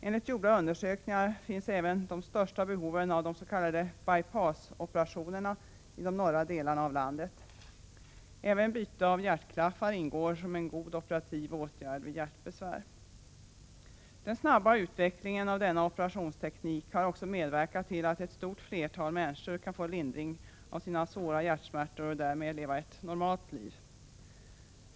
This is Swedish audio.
Enligt gjorda undersökningar finns även de största behoven av s.k. by-pass-operationer i de norra delarna av landet. Även byte av hjärtklaffar ingår som en god operativ åtgärd vid hjärtbesvär. Den snabba utvecklingen av denna operationsteknik har också medverkat till att ett stort flertal människor kan få lindring av sina svåra hjärtsmärtor och därmed leva ett normalt liv.